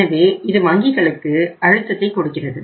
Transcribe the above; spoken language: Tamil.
எனவே இது வங்கிகளுக்கு அழுத்தத்தைக் கொடுக்கிறது